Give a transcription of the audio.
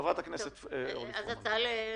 חברת הכנסת אורלי פרומן, בבקשה.